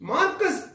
Marcus